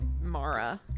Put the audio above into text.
mara